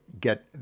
Get